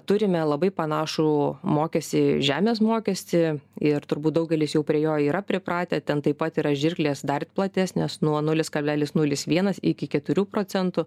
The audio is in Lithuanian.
turime labai panašų mokestį žemės mokestį ir turbūt daugelis jau prie jo yra pripratę ten taip pat yra žirklės dar platesnės nuo nulis kablelis nulis vienas iki keturių procentų